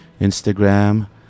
Instagram